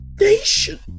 nation